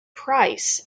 price